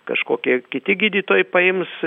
kažkokie kiti gydytojai paims